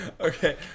okay